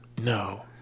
No